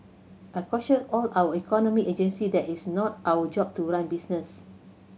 I caution all our economic agency that it's not our job to run business